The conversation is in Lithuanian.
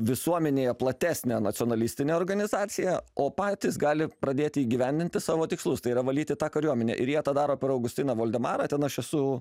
visuomenėje platesnę nacionalistinę organizaciją o patys gali pradėti įgyvendinti savo tikslus tai yra valyti tą kariuomenę ir jie tą daro per augustiną voldemarą ten aš esu